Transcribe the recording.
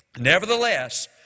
Nevertheless